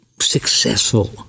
successful